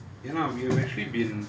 you know we've actually been